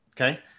Okay